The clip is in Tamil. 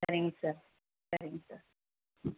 சரிங்க சார் சரிங்க சார் ம்